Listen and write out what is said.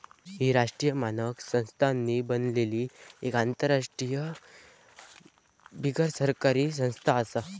ही राष्ट्रीय मानक संस्थांनी बनलली एक आंतरराष्ट्रीय बिगरसरकारी संस्था आसा